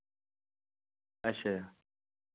अच्छा